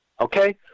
Okay